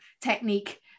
technique